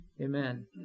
Amen